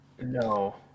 No